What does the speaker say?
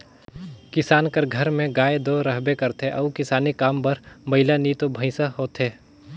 किसान कर घर में गाय दो रहबे करथे अउ किसानी काम बर बइला नी तो भंइसा होथे